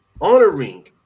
honoring